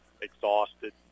exhausted